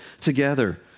together